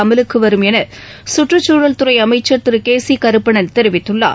அமலுக்கு வரும் என கற்றுக்சூழல்துறை அமைச்சா் திரு கே சி கருப்பண்ணன் தெரிவித்குள்ளார்